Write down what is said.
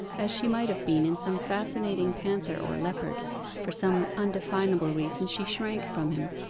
as she might have been in some fascinating panther or leopard for some undefinable reason she shrank from him,